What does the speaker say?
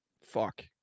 fuck